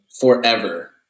Forever